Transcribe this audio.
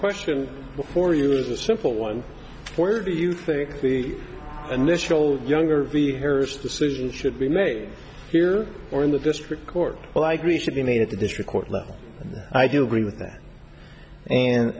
question for you is a simple one where do you think the initial younger v hears decisions should be made here or in the district court well i agree it should be made at the district court level i do agree with that and